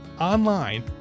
online